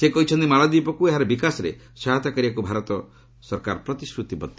ସେ କହିଛନ୍ତି ମାଳଦ୍ୱୀପକୁ ଏହାର ବିକାଶରେ ସହାୟତା କରିବାକୁ ଭାରତ ସରକାର ପ୍ରତିଶ୍ରତିବଦ୍ଧ